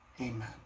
Amen